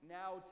now